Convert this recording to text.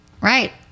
right